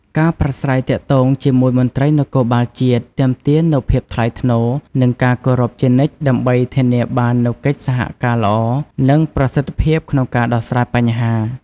ការប្រាស្រ័យទាក់ទងជាមួយមន្ត្រីនគរបាលជាតិ ទាមទារនូវភាពថ្លៃថ្នូរ និងការគោរពជានិច្ចដើម្បីធានាបាននូវកិច្ចសហការល្អ និងប្រសិទ្ធភាពក្នុងការដោះស្រាយបញ្ហា។